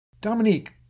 Dominique